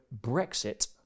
Brexit